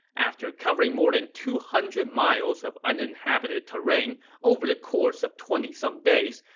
after covering more than two hundred miles of uninhabited terrain over the course of twenty some days,